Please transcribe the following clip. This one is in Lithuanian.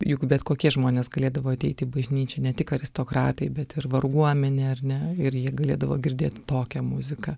juk bet kokie žmonės galėdavo ateiti į bažnyčią ne tik aristokratai bet ir varguomenė ar ne ir jie galėdavo girdėti tokią muziką